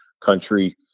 country